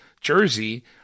Jersey